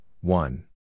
one